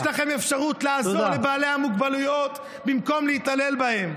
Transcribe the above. יש לכם אפשרות לעזור לבעלי המוגבלויות במקום להתעלל בהם.